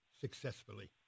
successfully